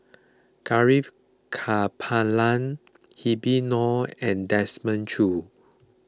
Gaurav Kripalani Habib Noh and Desmond Choo